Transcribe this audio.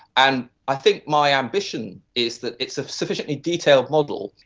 and i think my ambition is that it's a sufficiently detailed model,